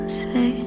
say